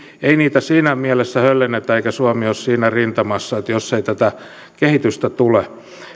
ei niitä siinä mielessä höllennetä eikä suomi ole siinä rintamassa jos ei tätä kehitystä tule